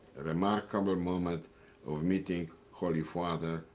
remarkable moment of meeting holy father.